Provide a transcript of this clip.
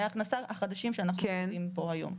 ההכנסה החדשים שאנחנו קובעים פה היום.